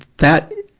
that,